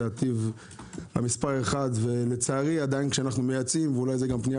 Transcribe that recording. הטיב מס' 1 ולצערי עדיין כשאנחנו מייצאים ואולי זה גם פנייה